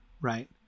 right